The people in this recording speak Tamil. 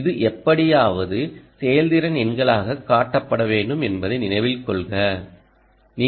இது எப்படியாவது செயல்திறன் எண்களாக காட்டப்பட வேண்டும் என்பதை நினைவில் கொள்ளுங்கள்